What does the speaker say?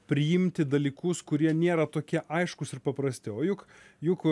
priimti dalykus kurie nėra tokie aiškūs ir paprasti o juk juk